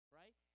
right